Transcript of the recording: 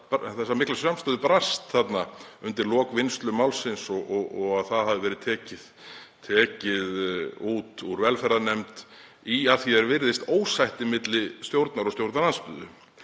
þessa miklu samstöðu brast þarna undir lokin við vinnslu málsins og að það hafi verið tekið út úr velferðarnefnd í, að því er virðist, ósætti milli stjórnar og stjórnarandstöðu.